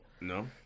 No